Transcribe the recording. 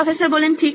professor ঠিক